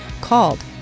called